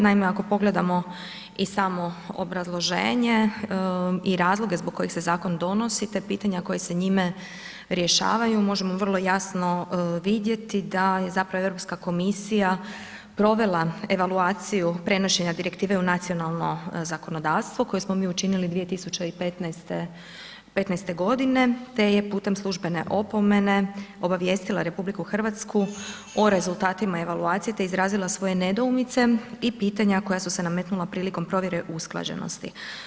Naime ako pogledamo i samo obrazloženje i razloge zbog kojih se zakon donosi te pitanja koji se njime rješavaju možemo vrlo jasno vidjeti da je zapravo Europska komisija provela evaluaciju prenošenja direktive u nacionalno zakonodavstvo koje smo mi učinili 2015. godine je putem službene opomene obavijestila RH o rezultatima evaluacije te je izrazila svoje nedoumice i pitanja koja su se nametnula prilikom provjere usklađenosti.